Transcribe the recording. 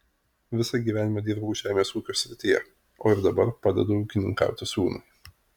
visą gyvenimą dirbau žemės ūkio srityje o ir dabar padedu ūkininkauti sūnui